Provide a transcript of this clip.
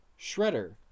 Shredder